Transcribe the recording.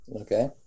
Okay